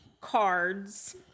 cards